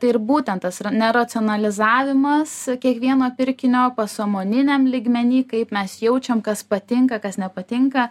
tai ir būtent tas neracionalizavimas kiekvieno pirkinio pasąmoniniam lygmeny kaip mes jaučiam kas patinka kas nepatinka